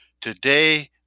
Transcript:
Today